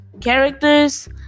characters